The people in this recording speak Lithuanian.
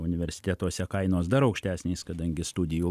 universitetuose kainos dar aukštesnės kadangi studijų